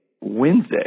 Wednesday